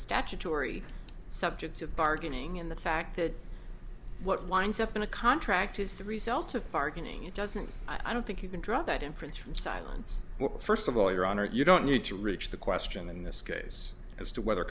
statutory subjects of bargaining in the fact that what winds up in a contract is the result of bargaining it doesn't i don't think you can draw that inference from silence first of all your honor you don't need to reach the question in this case as to whether